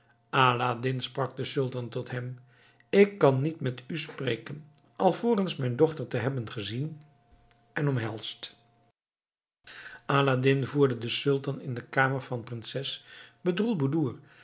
aladdin sprak de sultan tot hem ik kan niet met u spreken alvorens mijn dochter te hebben gezien en omhelsd aladdin voerde den sultan in de kamer van prinses bedroelboedoer